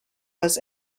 was